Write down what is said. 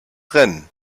rennen